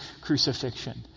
crucifixion